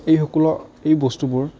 এই সকলো এই বস্তুবোৰ